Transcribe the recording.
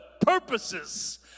purposes